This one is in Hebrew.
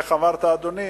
איך אמרת, אדוני?